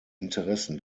interessen